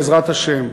בעזרת השם.